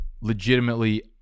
legitimately